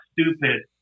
stupid